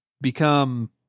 become